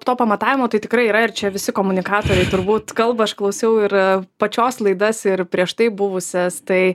to pamatavimo tai tikrai yra ir čia visi komunikatoriai turbūt kalba aš klausiau ir pačios laidas ir prieš tai buvusias tai